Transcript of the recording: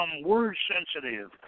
word-sensitive